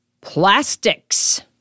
Plastics